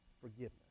forgiveness